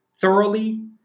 thoroughly